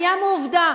הים הוא עובדה.